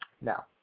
Now